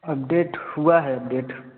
update हुआ है update